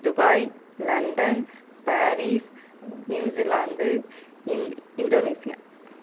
Dubai London Paris New Zealand இந் Indonesia